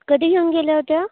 कधी घेऊन गेल्या होत्या